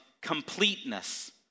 completeness